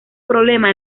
problema